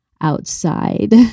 outside